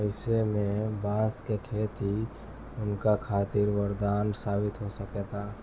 अईसे में बांस के खेती उनका खातिर वरदान साबित हो सकता